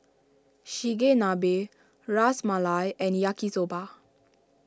Chigenabe Ras Malai and Yaki Soba